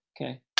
Okay